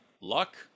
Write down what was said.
luck